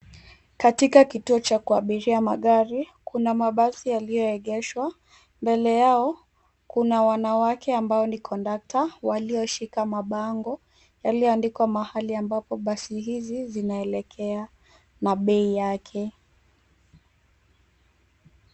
Katika kituo cha kuabiria magari kuna mabasi yaliyoegeshwa. Mbele yao kuna wanawake ambao ni kondakta walioshika mabango yaliyoandikwa mahali ambapo badi hizi zinaelekea na bei yake.